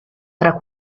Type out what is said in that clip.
tra